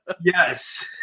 Yes